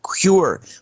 cure